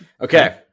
Okay